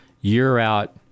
year-out